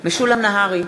משולם נהרי,